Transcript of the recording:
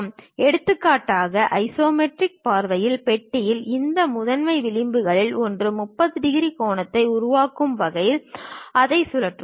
எனவே எடுத்துக்காட்டாக ஐசோமெட்ரிக் பார்வையில் பெட்டியில் இந்த முதன்மை விளிம்புகளில் ஒன்று 30 டிகிரி கோணத்தை உருவாக்கும் வகையில் அதை சுழற்றுவோம்